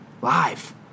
live